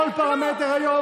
במה היא מתפקדת?